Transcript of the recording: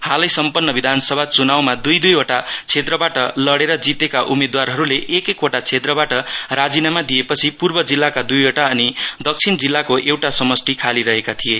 हालै सम्पन्न विधानसभा चुनाउमा दुई दुईवटा क्षेत्रबाट लडेर जितेका उम्मेद्वारहरूले एक एकवटा क्षेत्रबाट राजिनामा दिएपछि पूर्व जिल्लाका दुईवटा अनि दक्षिण जिल्लाको एउटा समष्टि खालि रहेका थिए